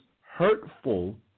hurtful